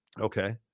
Okay